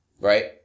Right